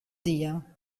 dia